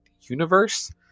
universe